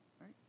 Right